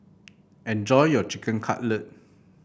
enjoy your Chicken Cutlet